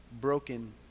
broken